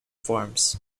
forms